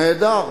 נהדר,